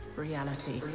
Reality